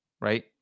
right